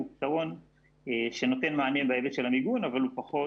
פתרון שנותן מענה בהיבט של המיגון אבל הוא פחות